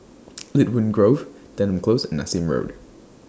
Lynwood Grove Denham Close and Nassim Road